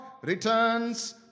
returns